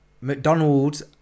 McDonald's